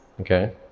okay